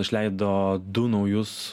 išleido du naujus